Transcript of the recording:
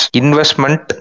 investment